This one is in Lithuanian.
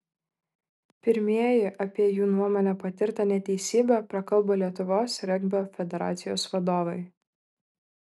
pirmieji apie jų nuomone patirtą neteisybę prakalbo lietuvos regbio federacijos vadovai